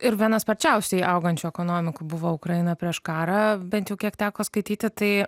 ir viena sparčiausiai augančių ekonomikų buvo ukraina prieš karą bent jau kiek teko skaityti tai